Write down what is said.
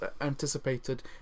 anticipated